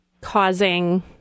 causing